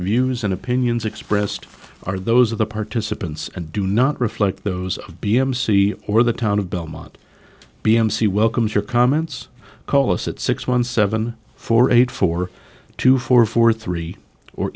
views and opinions expressed are those of the participants and do not reflect those of b m c or the town of belmont b m c welcomes your comments call us at six one seven four eight four two four four three or